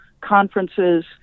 conferences